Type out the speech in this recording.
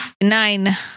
Nine